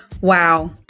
wow